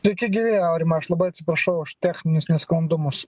sveiki gyvi aurimai aš labai atsiprašau už techninius nesklandumus